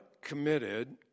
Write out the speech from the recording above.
committed